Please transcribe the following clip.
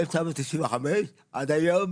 מ-1995 ועד היום